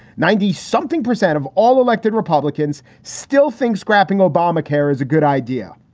ninety something percent of all elected republicans still think scrapping obamacare is a good idea.